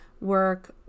work